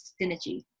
synergy